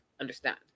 understand